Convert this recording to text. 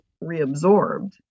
reabsorbed